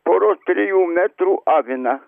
poros trijų metrų aviną